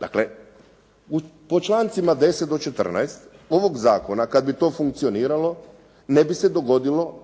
Dakle po člancima od 10. do 14. ovoga zakona kada bi to funkcioniralo ne bi se dogodilo